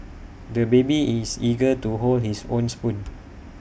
the baby is eager to hold his own spoon